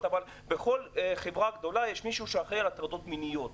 בכל חברה גדולה יש מישהו שאחראי על המלחמה בהטרדות המיניות.